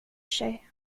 sig